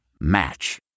Match